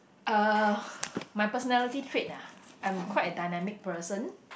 uh my personality trait ah I'm quite a dynamic person